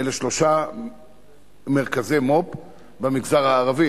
אלה שלושה מרכזי מו"פ במגזר הערבי,